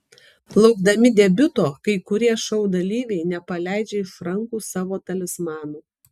laukdami debiuto kai kurie šou dalyviai nepaleidžia iš rankų savo talismanų